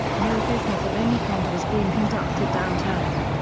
no business of any kind was being conducted downtown.